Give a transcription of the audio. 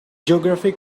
geography